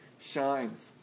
shines